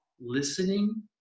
listening